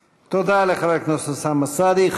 תודה.) תודה לחבר הכנסת אוסאמה סעדי.